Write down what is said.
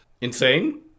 insane